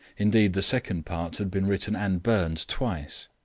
indeed, the second part had been written and burned twice.